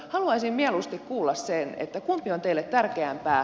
haluaisin mieluusti kuulla kumpi on teille tärkeämpää